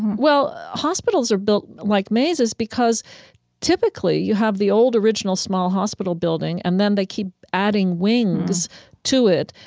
well, hospitals are built like mazes because typically you have the old original small hospital building and then they keep adding wings to it,